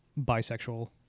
bisexual